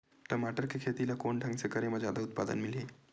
टमाटर के खेती ला कोन ढंग से करे म जादा उत्पादन मिलही?